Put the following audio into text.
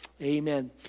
Amen